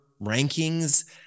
rankings